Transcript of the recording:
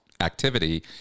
activity